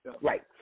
right